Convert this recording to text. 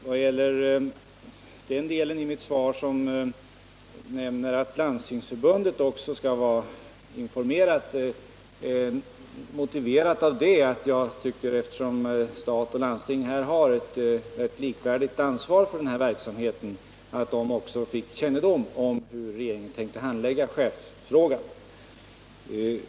Vad gäller den del av mitt svar där det nämns att också Landstingsförbundet skall vara informerat vill jag säga att jag tycker att stat och landsting har lika stort ansvar för den här verksamheten, varför de också bör få kännedom om hur regeringen tänker handlägga chefsfrågan.